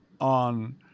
on